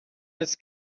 his